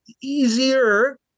easier